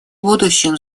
будущем